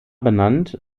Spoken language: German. benannt